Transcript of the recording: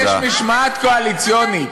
לא, יש משמעת קואליציונית.